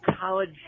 college